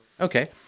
Okay